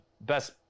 best